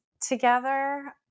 together